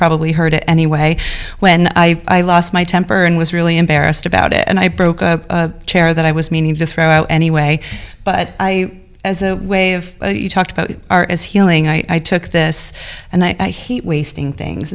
probably heard it anyway when i lost my temper and was really embarrassed about it and i broke a chair that i was meaning to throw anyway but i as a way of you talked about our is healing i took this and i hate wasting things